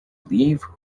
leave